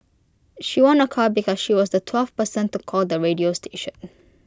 she won A car because she was the twelfth person to call the radio station